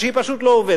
היא שהיא פשוט לא עובדת.